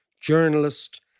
journalist